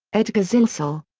edgar zilsel.